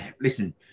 listen